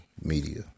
media